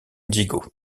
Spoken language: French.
diego